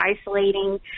isolating